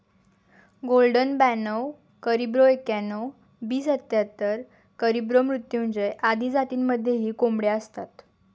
golden ब्याणव Caribro एक्याण्णण, B सत्याहत्तर, कॅरिब्रो मृत्युंजय आदी जातींमध्येही कोंबड्या असतात